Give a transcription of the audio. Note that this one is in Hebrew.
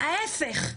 ההפך,